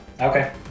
Okay